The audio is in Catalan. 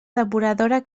depuradora